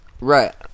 Right